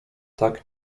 tak